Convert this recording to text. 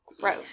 gross